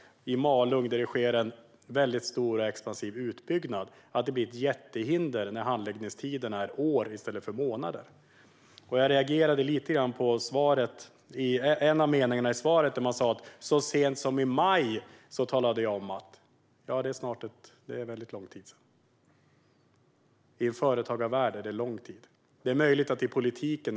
I Malung sker det en väldigt stor och expansiv utbyggnad, och jag förstår att det är ett jättehinder när handläggningstiderna uppgår till år i stället för månader. Jag reagerade på en mening i svaret där det sägs: Så sent som i maj besvarade jag en motsvarande fråga. Det har gått väldigt lång tid sedan dess. I företagarvärlden är det lång tid, det är möjligt att det är kort tid i politiken.